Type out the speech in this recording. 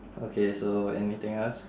okay so anything else